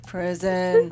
Prison